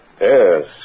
Yes